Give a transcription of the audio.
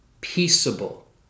peaceable